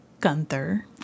Gunther